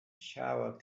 shower